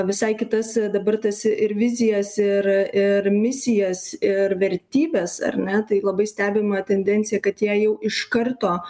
visai kitas dabar tas ir vizijas ir ir misijas ir vertybes ar ne tai labai stebima tendencija kad jie jau iš karto